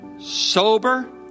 sober